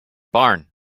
barn